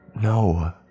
No